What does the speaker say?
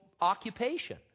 occupation